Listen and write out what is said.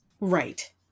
right